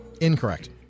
Incorrect